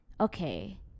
okay